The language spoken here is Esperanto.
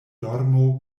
dormo